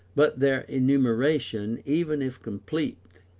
but their enumeration, even if complete,